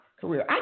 career